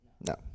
no